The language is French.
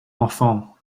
enfants